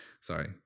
Sorry